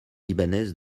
libanaise